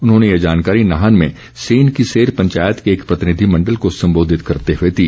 उन्होंने ये जानकारी नाहन में सेन की सेर पंचायत के एक प्रतिनिधिमण्डल को संबोधित करते हुए दी